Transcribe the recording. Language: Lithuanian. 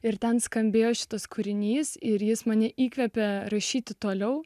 ir ten skambėjo šitas kūrinys ir jis mane įkvepia rašyti toliau